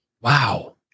Wow